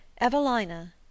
Evelina